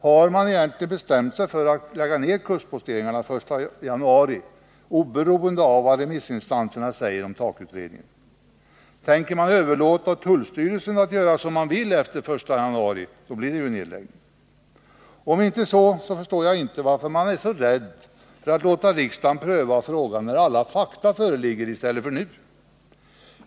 Har man egentligen bestämt sig för att lägga ner kustposteringarna den 1 januari, oberoende av vad remissinstanserna säger om TAK-utredningen? Tänker man överlåta åt tullstyrelsen att göra som den vill efter den 1 januari nästa år? Iså fall blir det en nedläggning. Om inte, förstår jag inte varför man är så rädd för att låta riksdagen pröva frågan först när alla fakta föreligger i stället för nu.